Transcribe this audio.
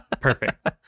Perfect